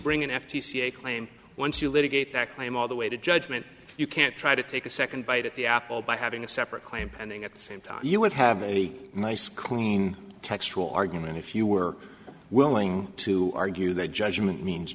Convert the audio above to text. bring in f t c a claim once you litigate that claim all the way to judgment you can't try to take a second bite at the apple by having a separate claim pending at the same time you would have a nice clean textual argument if you were willing to argue that judgment means